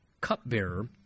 cupbearer